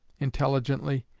intelligently,